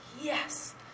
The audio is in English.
yes